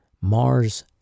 Mars